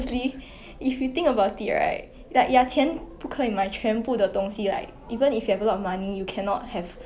true true